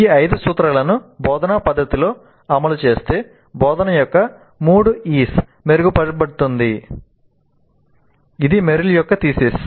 ఈ ఐదు సూత్రాలను బోధనా పద్ధతిలో అమలు చేస్తే బోధన యొక్క మూడు Es మెరుగుపరచబడుతుంది ఇది మెరిల్ యొక్క థీసిస్